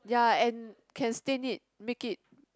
ya and can stain it make it